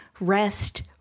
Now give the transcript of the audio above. rest